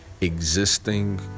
existing